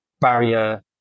barrier